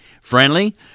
Friendly